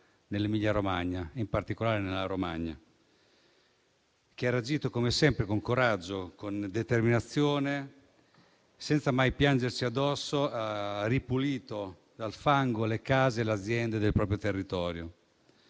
nell'Emilia Romagna, in particolare nella Romagna, che ha reagito come sempre, con coraggio e determinazione, senza mai piangersi addosso, e ha ripulito dal fango le case e le aziende del proprio territorio.